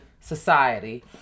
society